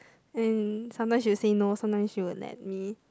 and sometimes she will say no sometimes she will let me